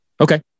Okay